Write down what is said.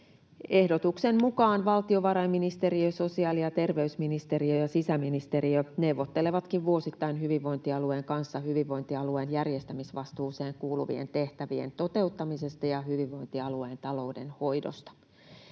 Ehdotuksen mukaan valtiovarainministeriö, sosiaali- ja terveysministeriö ja sisäministeriö neuvottelevatkin vuosittain hyvinvointialueen kanssa hyvinvointialueen järjestämisvastuuseen kuuluvien tehtävien toteuttamisesta ja hyvinvointialueen taloudenhoidosta.